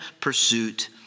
pursuit